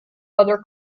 other